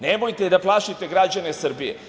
Nemojte da plašite građane Srbije.